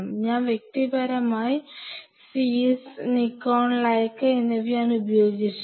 ഞാൻ വ്യക്തിപരമായി Zeiss Nikon Leica എന്നിവയാണുപയോഗിച്ചത്